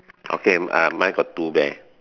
okay uh mine got two bear